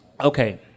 Okay